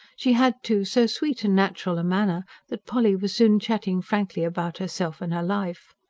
she had, too, so sweet and natural a manner that polly was soon chatting frankly about herself and her life,